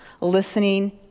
listening